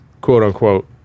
quote-unquote